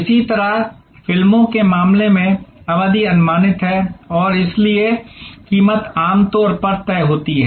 इसी तरह फिल्मों के मामले में अवधि अनुमानित है और इसलिए कीमत आमतौर पर तय होती है